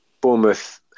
Bournemouth –